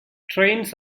trains